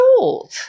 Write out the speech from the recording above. short